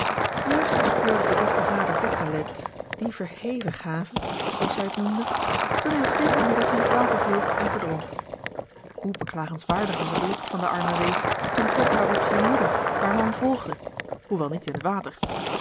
juist bespeurde de beste vader dit talent die verheven gave zoo als hij het noemde toen hij op zekeren middag in het water viel en verdronk hoe beklagenswaardig was het lot van den armen wees toen kort daarop zijne moeder haren man volgde hoewel niet in het water